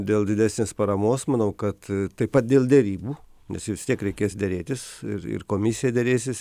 dėl didesnės paramos manau kad taip pat dėl derybų nes vis tiek reikės derėtis ir ir komisija derėsis